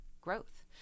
growth